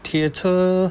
铁车